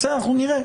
בסדר, אנחנו נראה.